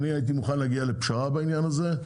אני הייתי מוכן להגיע לפשרה בעניין הזה,